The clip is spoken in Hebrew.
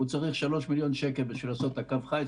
הוא צריך 3 מיליון שקל בשביל לעשות את קו החיץ.